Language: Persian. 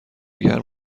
گرم